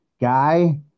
guy